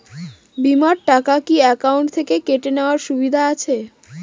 বিমার টাকা কি অ্যাকাউন্ট থেকে কেটে নেওয়ার সুবিধা আছে?